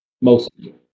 Mostly